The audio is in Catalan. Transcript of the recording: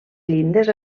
llindes